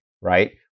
right